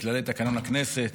בכללי תקנון הכנסת